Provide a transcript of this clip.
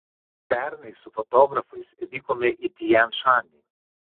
pernai su fotografais vykome į tian šanį